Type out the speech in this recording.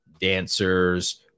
dancers